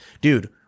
dude